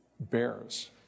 Bears